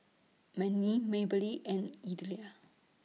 Mandy Maybelle and Elida